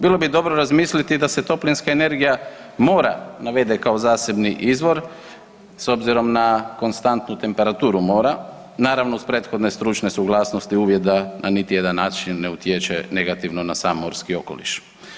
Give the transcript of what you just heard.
Bilo bi dobro razmisliti da se toplinska energija mora navede kao zasebni izvor s obzirom na konstantnu temperaturu mora, naravno uz prethodne stručne suglasnosti uvjet da niti jedan način ne utječe negativno na sam morski okoliš.